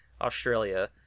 Australia